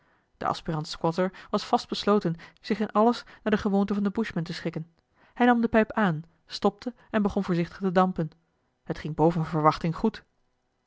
de aspirant squatter was vast besloten zich in alles naar de gewoonten van de bushmen te schikken hij nam de pijp aan stopte en begon voorzichtig te dampen het ging boven verwachting goed